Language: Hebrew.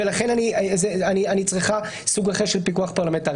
ולכן אני צריכה סוג אחר של פיקוח פרלמנטרי,